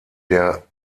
der